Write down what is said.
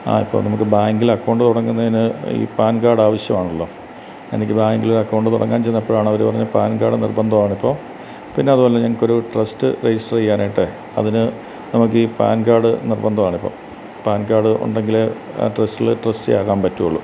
ആ ഇപ്പോൾ നമുക്ക് ബാങ്കിൽ അക്കൗണ്ട് തുടങ്ങുന്നതിന് ഈ പാൻ കാർഡ് ആവശ്യമാണല്ലോ എനിക്ക് ബാങ്കിൽ അക്കൗണ്ട് തുടങ്ങാൻ ചെന്നപ്പോഴാണ് അവർ പറഞ്ഞത് പാൻ കാർഡ് നിർബന്ധമാണിപ്പോൾ പിന്നെ അതുപോലെ എനിക്കൊരു ട്രസ്റ്റ് രജിസ്റ്റർ ചെയ്യാനായിട്ട് അതിനു നമുക്കീ പാൻ കാർഡ് നിർബന്ധമാണിപ്പോൾ പാൻ കാർഡ് ഉണ്ടെങ്കിലേ ആ ട്രസ്റ്റിലെ ട്രസ്റ്റി ആകാൻ പറ്റുള്ളൂ